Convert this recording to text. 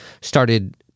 started